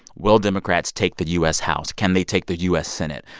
will democrats take the u s. house? can they take the u s. senate?